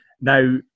Now